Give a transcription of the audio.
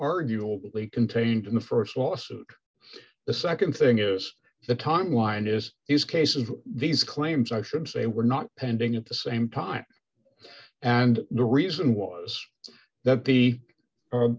arguably contained in the st lawsuit the nd thing is the time line is these cases these claims i should say were not pending at the same time and the reason was that the a